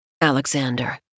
Alexander